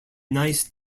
nice